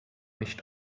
nicht